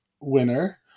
winner